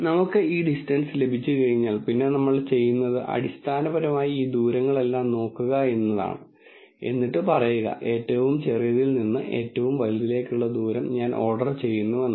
നമുക്ക് ഈ ഡിസ്റ്റൻസ് ലഭിച്ചുകഴിഞ്ഞാൽ പിന്നെ നമ്മൾ ചെയ്യുന്നത് അടിസ്ഥാനപരമായി ഈ ദൂരങ്ങളെല്ലാം നോക്കുക എന്നതാണ് എന്നിട്ട് പറയുക ഏറ്റവും ചെറിയതിൽ നിന്ന് ഏറ്റവും വലുതിലേക്കുള്ള ദൂരം ഞാൻ ഓർഡർ ചെയ്യുന്നു എന്ന്